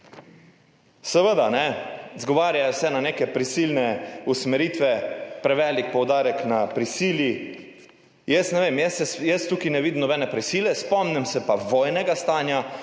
Seveda, izgovarjajo se na neke prisilne usmeritve, prevelik poudarek je na prisili. Ne vem, jaz tukaj ne vidim nobene prisile, spomnim pa se vojnega stanja